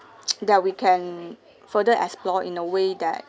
that we can further explore in a way that